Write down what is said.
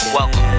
Welcome